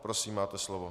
Prosím, máte slovo.